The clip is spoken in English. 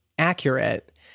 accurate